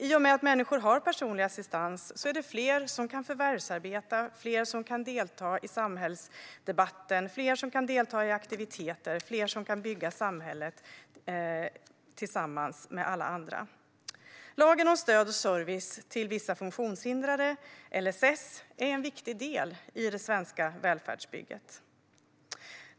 I och med att människor har personlig assistans är det fler som kan förvärvsarbeta, fler som kan delta i samhällsdebatten, fler som kan delta i aktiviteter, fler som kan bygga samhället tillsammans med alla andra. Lagen om stöd och service till vissa funktionshindrade, LSS, är en viktig del i det svenska välfärdsbygget.